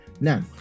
Now